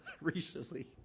recently